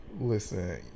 Listen